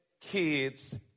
kids